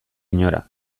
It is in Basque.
inora